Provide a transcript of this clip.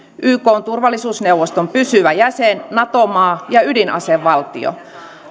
ykn turvallisuusneuvoston pysyvä jäsen nato maa ja ydinasevaltio